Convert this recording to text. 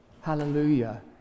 Hallelujah